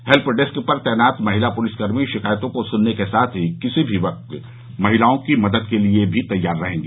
help desk पर तैनात महिला पुलिसकर्मी शिकायतों को सुनने के साथ ही किसी भी वक्त महिलाओं की मदद के लिए भी तैयार रहेंगी